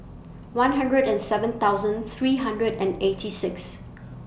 one hundred and seven thousand three hundred and eighty six